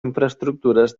infraestructures